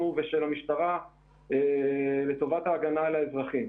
ושל המשטרה לטובת ההגנה על האזרחים.